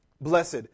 Blessed